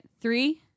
Three